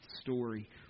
story